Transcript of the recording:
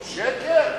שקר?